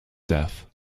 death